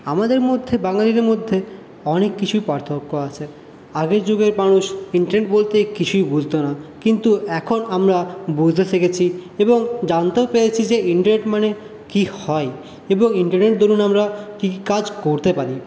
আমাদের মধ্যে বাঙালিদের মধ্যে অনেক কিছুই পার্থক্য আছে আগের যুগের মানুষ ইন্টারনেট বলতে কিছুই বুঝতো না কিন্তু এখন আমরা বুঝতে শিখেছি এবং জানতেও পেরেছি যে ইন্টারনেট মানে কি হয় এবং ইন্টারনেট দরুন আমরা কী কী কাজ করতে পারি